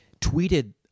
tweeted